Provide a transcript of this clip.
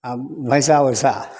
आओर भैँसा वैसा